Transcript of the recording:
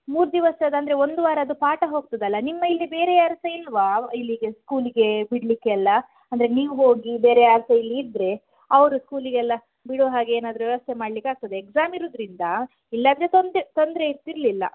ಮೂರು ದಿವಸದ ಅಂದರೆ ಒಂದು ವಾರದ ಪಾಠ ಹೋಗ್ತದಲ್ಲ ನಿಮ್ಮ ಇಲ್ಲಿ ಬೇರೆ ಯಾರು ಸಹ ಇಲ್ಲವಾ ಇಲ್ಲಿಗೆ ಸ್ಕೂಲಿಗೆ ಬಿಡ್ಲಿಕ್ಕೆ ಎಲ್ಲ ಅಂದರೆ ನೀವು ಹೋಗಿ ಬೇರೆ ಯಾರು ಸಹ ಇಲ್ಲಿ ಇದ್ದರೆ ಅವರು ಸ್ಕೂಲಿಗೆಲ್ಲ ಬಿಡೋ ಹಾಗೆ ಏನಾದರೂ ವ್ಯವಸ್ಥೆ ಮಾಡ್ಲಿಕ್ಕೆ ಆಗ್ತದೆ ಎಕ್ಸಾಮ್ ಇರುದರಿಂದ ಇಲ್ಲಾದರೆ ತೊಂದೆ ತೊಂದರೆ ಇರ್ತಿರಲಿಲ್ಲ